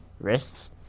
wrists